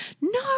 no